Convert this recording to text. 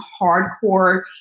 hardcore